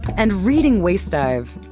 and reading wastedive,